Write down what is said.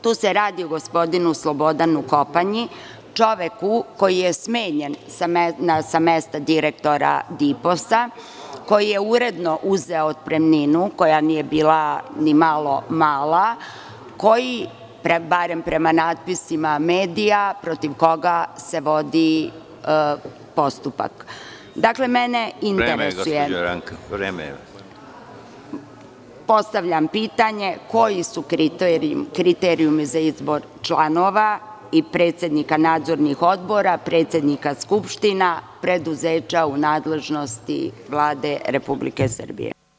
Tu se radi o gospodinu Slobodanu Kopanji, čoveku koji je smenjen sa mesta direktora …, koji je uredno uzeo otpremninu koja nije bila ni malo mala, koji barem prema natpisima medija, protiv koga se vodi postupak. (Predsedavajući: Vreme.) Postavljam pitanje – koji su kriterijumi za izbor članova i predsednika nadzornih odbora, predsednika skupština preduzeća u nadležnosti Vlade Republike Srbije?